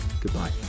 goodbye